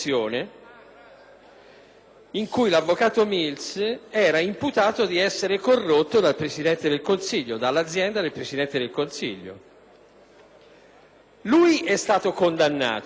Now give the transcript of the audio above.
in cui l'avvocato Mills era imputato di essere corrotto dall'azienda del Presidente del Consiglio. Lui é stato condannato.